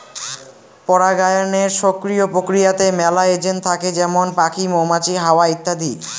পরাগায়নের সক্রিয় প্রক্রিয়াতে মেলা এজেন্ট থাকে যেমন পাখি, মৌমাছি, হাওয়া ইত্যাদি